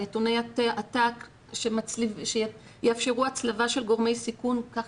נתוני --- שיאפשרו הצלבה של גורמי סיכון כך